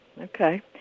okay